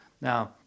Now